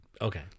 Okay